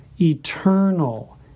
eternal